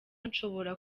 nshobora